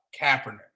Kaepernick